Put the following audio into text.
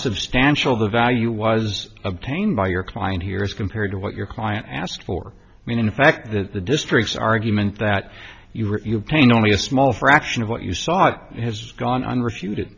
substantial the value was obtained by your client here as compared to what your client asked for mean in fact that the district's argument that you obtain only a small fraction of what you sought has gone on refuted